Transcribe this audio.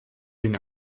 den